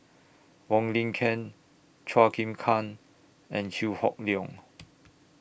Wong Lin Ken Chua Chim Kang and Chew Hock Leong